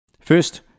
First